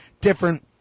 different